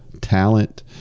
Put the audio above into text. talent